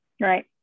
Right